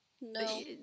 No